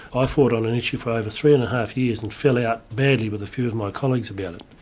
i fought on an issue for over three and a half years and fell out badly with a few of my colleagues about it.